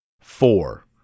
Four